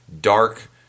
dark